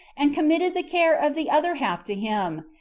and committed the care of the other half to him,